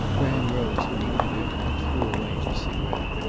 graham rose when he entered, and threw away his cigaret.